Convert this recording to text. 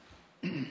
אפשר.